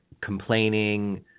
complaining